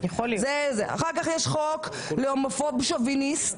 אחר כך יש חוק להומופוב שוביניסט,